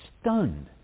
stunned